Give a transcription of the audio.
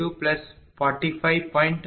3245 j21